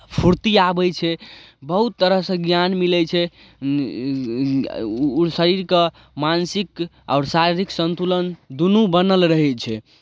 फूर्ति आबै छै बहुत तरहसँ ज्ञान मिलै छै ओ शरीरके मानसिक आओर शारीरिक सन्तुलन दुनू बनल रहै छै